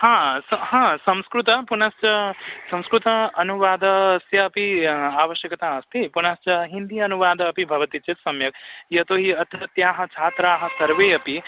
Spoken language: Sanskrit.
हा स् हा संस्कृतं पुनस्च संस्कृत अनुवादस्यापि आवश्यकता अस्ति पुनश्च हिन्दि अनुवादः अपि भवति चेत् सम्यक् यतो हि अत्रत्याः छात्राः सर्वे अपि